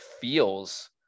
feels